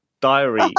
diary